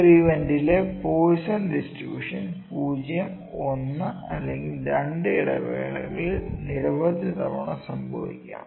ഒരു ഇവന്റിലെ Poisson distributions 0 1 അല്ലെങ്കിൽ 2 ഇടവേളകളിൽ നിരവധി തവണ സംഭവിക്കാം